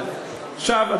עכשיו,